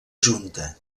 junta